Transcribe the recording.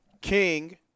King